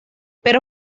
pero